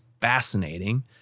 fascinating